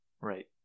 Right